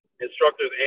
instructors